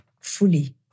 fully